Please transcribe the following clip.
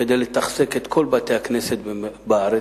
כדי לתחזק את כל בתי-הכנסת בארץ,